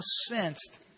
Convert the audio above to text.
sensed